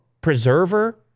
Preserver